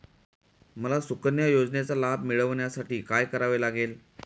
मला सुकन्या योजनेचा लाभ मिळवण्यासाठी काय करावे लागेल?